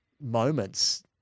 moments